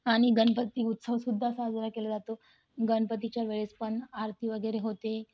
आणि गणपती उत्सवसुद्धा साजरा केला जातो गणपतीच्या वेळेस पण आरती वगैरे होते